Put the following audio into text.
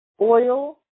Oil